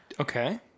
Okay